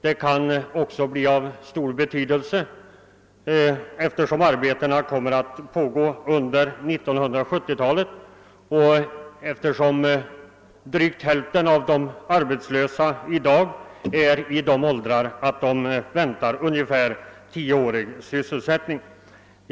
Det kan också bli av stor betydelse av den anledningen att arbetena kommer att pågå under 1970-talet, och drygt hälften av de arbetslösa i dag är i de åldrarna att de behöver få sysselsättning ytterligare cirka tio år.